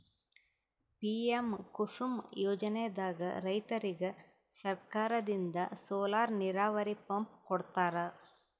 PM Kusum ಯೋಜನೆದಾಗ್ ರೈತರಿಗ್ ಸರ್ಕಾರದಿಂದ್ ಸೋಲಾರ್ ನೀರಾವರಿ ಪಂಪ್ ಕೊಡ್ತಾರ